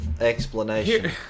explanation